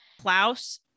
Klaus